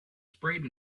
sprayed